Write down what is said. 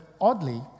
oddly